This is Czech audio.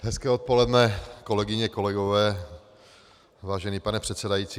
Hezké odpoledne, kolegyně, kolegové, vážený pane předsedající.